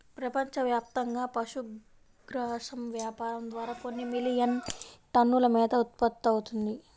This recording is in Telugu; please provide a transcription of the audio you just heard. ప్రపంచవ్యాప్తంగా పశుగ్రాసం వ్యాపారం ద్వారా కొన్ని మిలియన్ టన్నుల మేత ఉత్పత్తవుతుంది